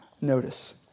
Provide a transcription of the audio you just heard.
notice